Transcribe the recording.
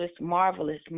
marvelous